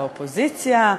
באופוזיציה,